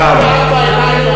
ארבע עיניים,